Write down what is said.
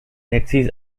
taxis